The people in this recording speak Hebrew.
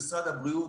במשרד הבריאות,